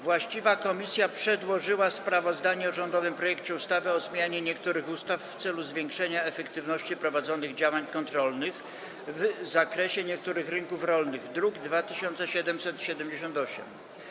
Właściwa komisja przedłożyła sprawozdanie o rządowym projekcie ustawy o zmianie niektórych ustaw w celu zwiększenia efektywności prowadzonych działań kontrolnych w zakresie niektórych rynków rolnych, druk nr 2778.